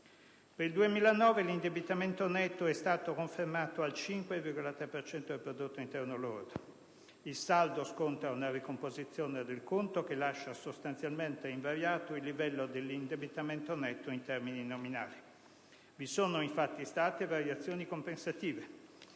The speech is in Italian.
Per il 2009, l'indebitamento netto è stato confermato al 5,3 per cento del prodotto interno lordo. Il saldo sconta una ricomposizione del conto che lascia sostanzialmente invariato il livello dell'indebitamento netto in termini nominali. Vi sono infatti state variazioni compensative.